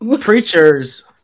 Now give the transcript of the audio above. Preachers